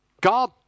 God